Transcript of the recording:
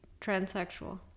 transsexual